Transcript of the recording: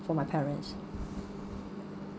for my parents